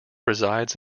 resides